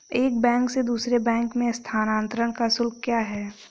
एक बैंक से दूसरे बैंक में स्थानांतरण का शुल्क क्या है?